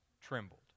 trembled